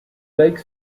lake